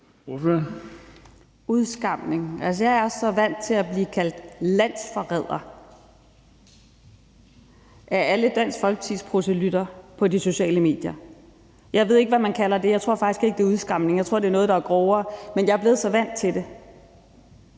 Altså, jeg er så vant til at blive kaldt landsforræder af alle Dansk Folkepartis proselytter på de sociale medier. Jeg ved ikke, hvad man kalder det. Jeg tror faktisk ikke, det er udskamning. Jeg tror, det er noget, der er grovere, men jeg er blevet så vant til det.